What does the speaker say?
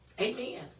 Amen